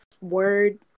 word